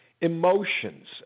emotions